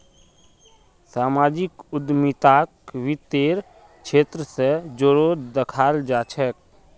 सामाजिक उद्यमिताक वित तेर क्षेत्र स जोरे दखाल जा छेक